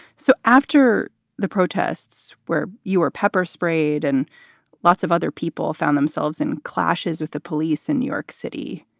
so after the protests where you were pepper sprayed and lots of other people found themselves in clashes with the police in new york city,